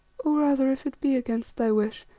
or, rather, if it be against thy wish,